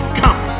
come